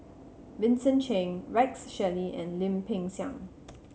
Vincent Cheng Rex Shelley and Lim Peng Siang